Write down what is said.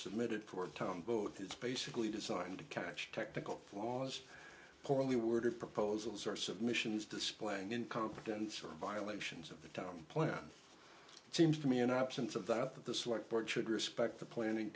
submitted for tom vote is basically designed to catch technical was poorly worded proposal source of missions displaying incompetence or violations of the town plan it seems to me an absence of that the select board should respect the planning